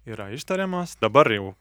yra ištariamas dabar jau